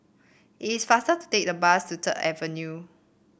it is faster to take the bus to Third Avenue